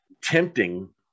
tempting